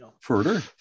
further